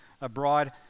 abroad